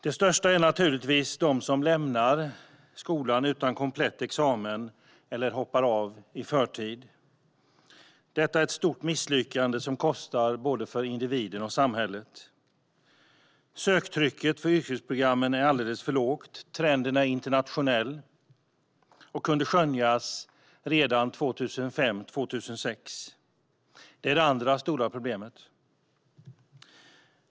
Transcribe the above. Det största är naturligtvis de som lämnar skolan utan komplett examen eller hoppar av i förtid. Detta är ett stort misslyckande som kostar för både individen och samhället. Söktrycket för yrkesprogrammen är alldeles för lågt. Trenden är internationell och kunde skönjas redan 2005-2006. Det är det andra stora problemet.